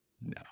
no